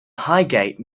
highgate